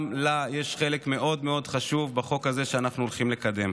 גם לה יש חלק מאוד חשוב שאנחנו הולכים לקדם.